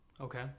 Okay